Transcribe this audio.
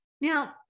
Now